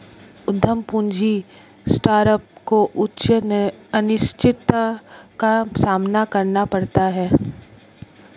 उद्यम पूंजी स्टार्टअप को उच्च अनिश्चितता का सामना करना पड़ता है